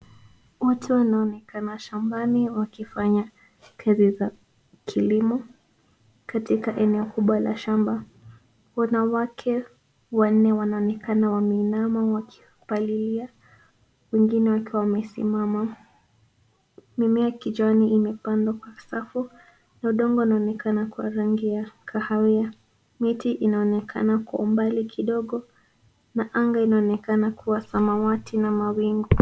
Watu wanaonekana shambani wakifanya kazi za kilimo katika eneo kubwa la shamba. Wanawake wanne wanaonekana wameinama wakipalilia, wengine wakiwa wamesimama. Mimea kijoni imepandwa kwa kusafu na udongo wanaonekana wa rangia kahawia. Miti inaonekana kwa umbali kidogo na anga inaonekana kuwa samawati na mawingu.